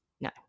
No